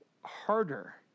harder